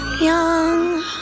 young